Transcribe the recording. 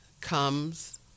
comes